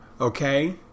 Okay